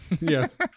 Yes